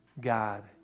God